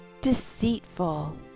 deceitful